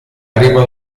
arriva